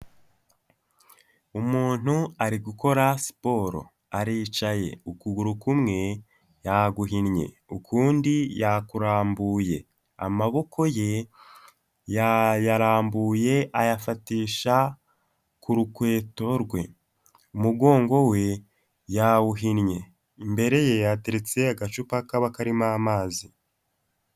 Umuntu ari gukora siporo, aricaye ukuguru kumwe yaguhinnye ukundi yakurambuye amaboko ye yayarambuye ayafatisha ku rukweto rwe, umugongo we yawuhinnye, imbere ye hateretse agacupa kaba karimo amazi.